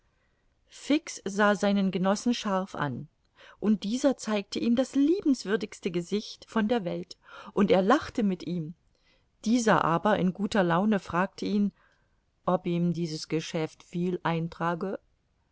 fix sah seinen genossen scharf an und dieser zeigte ihm das liebenswürdigste gesicht von der welt und er lachte mit ihm dieser aber in guter laune fragte ihn ob ihm dieses geschäft viel eintrage